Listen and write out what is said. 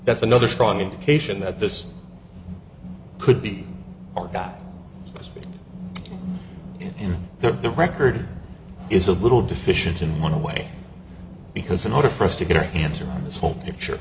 that's another strong indication that this could be a guy just for the record is a little deficient in one way because in order for us to get our hands around this whole picture